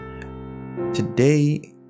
today